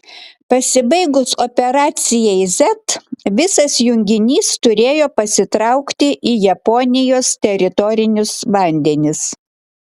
pasibaigus operacijai z visas junginys turėjo pasitraukti į japonijos teritorinius vandenis